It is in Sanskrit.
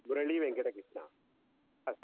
मुरळीवेङ्कटकृष्ण अस्तु